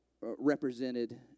represented